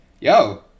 yo